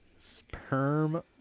Sperm